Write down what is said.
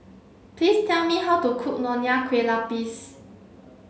please tell me how to cook Nonya Kueh Lapis